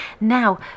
Now